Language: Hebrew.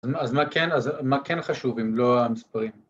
‫אז מה כן חשוב, אם לא המספרים?